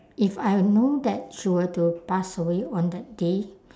if I know that she were to pass away on that day